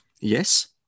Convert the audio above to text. yes